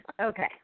Okay